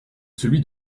celui